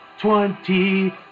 Twenty